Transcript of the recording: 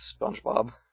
Spongebob